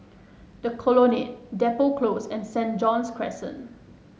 The Colonnade Depot Close and Saint John's Crescent